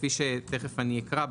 כפי שתכף אקרא,